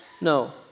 No